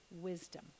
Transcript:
wisdom